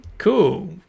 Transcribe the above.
Cool